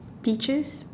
peaches